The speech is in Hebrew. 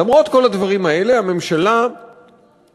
למרות כל הדברים האלה הממשלה מבקשת